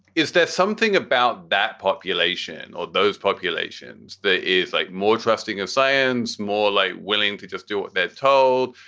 is there something about that population or those populations that is like more trusting of science, more like willing to just do what they're told?